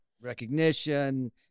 recognition